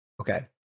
Okay